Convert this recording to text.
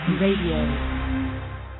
Radio